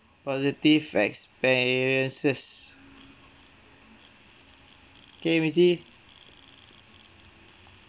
positive experiences okay wincy